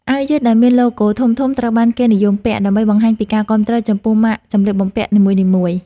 អាវយឺតដែលមានឡូហ្គោធំៗត្រូវបានគេនិយមពាក់ ដើម្បីបង្ហាញពីការគាំទ្រចំពោះម៉ាកសម្លៀកបំពាក់នីមួយៗ។